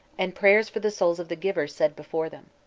and prayers for the souls of the givers said before them.